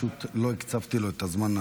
פשוט לא הקצבתי לו את הזמן.